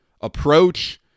approach